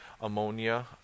ammonia